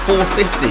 450